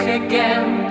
again